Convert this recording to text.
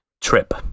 trip